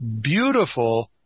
beautiful